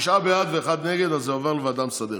תשעה בעד, אחד נגד, עובר לוועדה המסדרת.